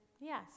Yes